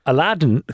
Aladdin